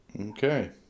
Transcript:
Okay